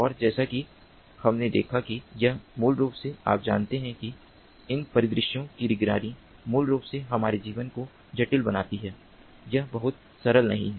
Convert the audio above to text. और जैसा कि हमने देखा है कि यह मूल रूप से आप जानते हैं कि इन परिदृश्यों की निगरानी मूल रूप से हमारे जीवन को जटिल बनाती है यह बहुत सरल नहीं है